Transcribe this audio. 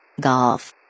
Golf